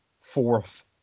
fourth